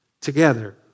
together